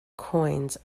coins